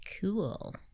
Cool